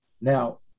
Now